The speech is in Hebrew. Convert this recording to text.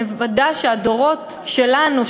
מוודאת שהדורות שלנו,